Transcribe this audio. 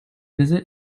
visit